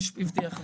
כן בבקשה.